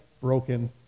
broken